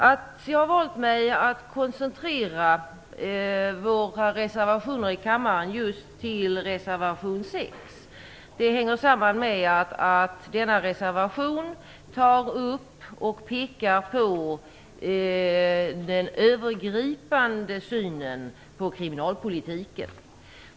Att vi valt att koncentrera våra reservationer i kammaren till just reservation 6 hänger samman med att denna reservation tar upp och pekar på den övergripande synen på kriminalpolitiken.